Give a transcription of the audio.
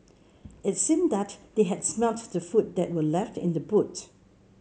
it seemed that they had smelt the food that were left in the boot